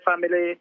family